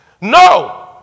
No